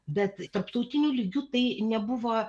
bet tarptautiniu lygiu tai nebuvo